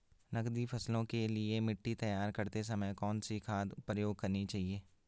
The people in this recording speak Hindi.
नकदी फसलों के लिए मिट्टी तैयार करते समय कौन सी खाद प्रयोग करनी चाहिए?